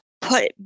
put